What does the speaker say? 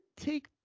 take